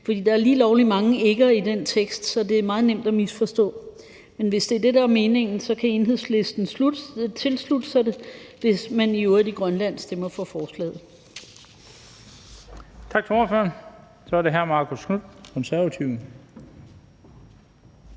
der er lige lovlig mange gange »ikke« i den tekst, så det er meget nemt at misforstå. Men hvis det er det, der er meningen, kan Enhedslisten tilslutte sig det, altså hvis man i øvrigt i Grønland stemmer for forslaget.